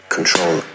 Control